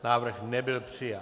Návrh nebyl přijat.